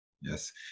Yes